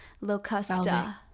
locusta